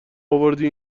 آوردی